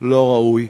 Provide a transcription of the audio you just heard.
לא ראוי.